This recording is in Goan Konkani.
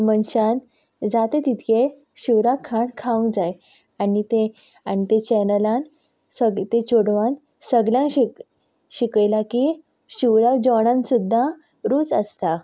मनशान जाता तितकें शिवराक खाण खावंक जाय आनी तें आनी तें चॅनलान सगलें तें चेडवान सगल्या शिक शिकयलां की शिवराक जेवणान सुद्दां रूच आसता